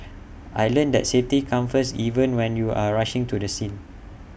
I learnt that safety comes first even when you are rushing to the scene